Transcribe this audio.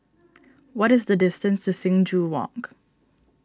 what is the distance to Sing Joo Walk